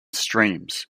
streams